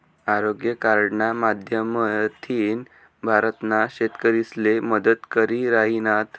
आरोग्य कार्डना माध्यमथीन भारतना शेतकरीसले मदत करी राहिनात